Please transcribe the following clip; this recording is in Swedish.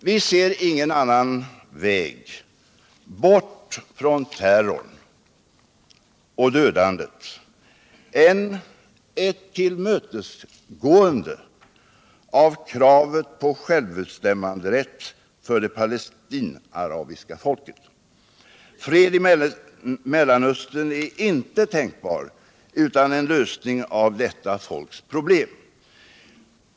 Vi ser inte någon annan väg bort från terrorn och dödandet än ett tillmötesgående av kravet på självbestämmanderätt för det palestinaarabiska folket. Fred i Mellanöstern är inte tänkbar utan en lösning av det folkets problem.